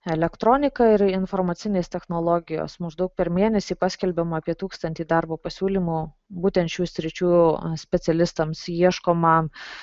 elektronika ir informacinės technologijos maždaug per mėnesį paskelbiama apie tūkstantį darbo pasiūlymų būtent šių sričių specialistams ieškoma